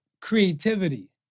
creativity